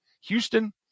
Houston